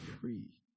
free